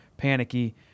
panicky